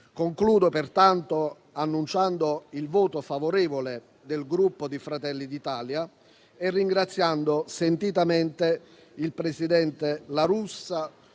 Concludo preannunciando il voto favorevole del Gruppo Fratelli d'Italia e ringraziando sentitamente il presidente La Russa